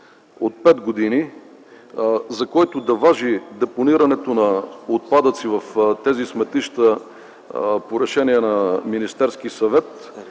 от пет години, в който да важи депонирането на отпадъци в тези сметища по решение на Министерския съвет.